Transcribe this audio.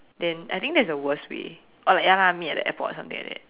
then I think that is the worst way or like ya lah meet at the airport or something